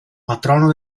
patrono